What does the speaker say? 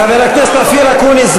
חבר הכנסת אופיר אקוניס,